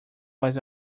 was